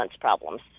problems